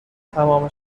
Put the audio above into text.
تمام